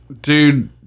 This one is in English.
dude